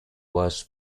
was